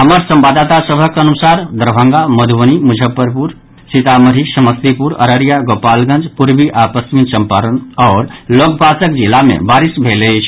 हमर संवाददाता सभक अनुसार दरभंगा मधुबनी मुजफ्फरपुर सीतामढ़ी समस्तीपुर अररिया गोपालगंज पूर्वी आ पश्चिमी चम्पारण आओर लगपासक जिला मे बारिश भेल अछि